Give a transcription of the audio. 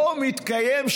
לא מתקיים.